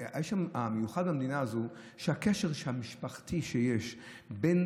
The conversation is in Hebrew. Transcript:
המיוחד במדינה הזו הוא הקשר המשפחתי שיש בין